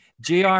JR